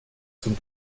zum